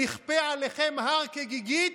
נכפה עליכם הר כגיגית,